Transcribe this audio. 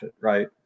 right